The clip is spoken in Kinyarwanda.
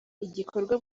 igikorwa